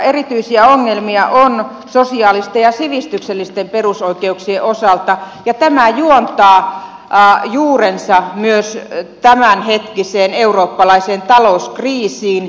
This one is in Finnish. erityisiä ongelmia on sosiaalisten ja sivistyksellisten perusoikeuksien osalta ja tämä juontaa juurensa myös tämänhetkiseen eurooppalaiseen talouskriisiin